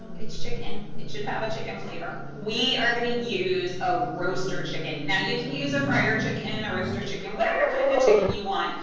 it's chicken. it should have a chicken flavor. we are gonna use a roaster chicken. now you can use a fryer chicken, and a roaster chicken, whatever kind of chicken you want.